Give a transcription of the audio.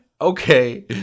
Okay